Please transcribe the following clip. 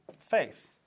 faith